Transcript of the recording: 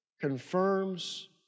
confirms